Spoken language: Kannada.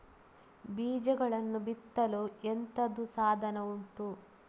ಬೀಜಗಳನ್ನು ಬಿತ್ತಲು ಎಂತದು ಸಾಧನ ಉಂಟು?